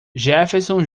jefferson